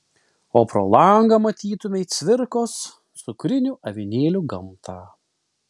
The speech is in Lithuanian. o pro langą matytumei cvirkos cukrinių avinėlių gamtą